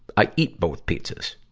i eat both pizzas.